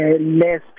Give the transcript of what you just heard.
less